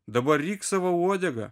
dabar ryk savo uodegą